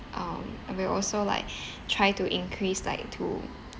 um I will also like try to increase like to